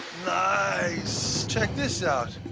nice! check this out,